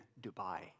Dubai